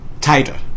tighter